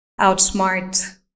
outsmart